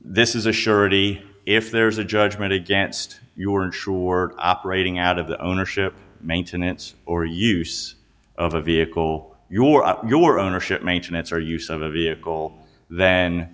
this is a surety if there is a judgment against your insurer operating out of the ownership maintenance or use of a vehicle your up your ownership maintenance or use of a vehicle th